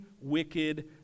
wicked